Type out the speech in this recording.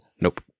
Nope